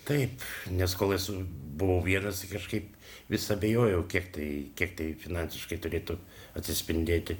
taip nes kol esu buvau vienas tai kažkaip vis abejojau kiek tai kiek tai finansiškai turėtų atsispindėti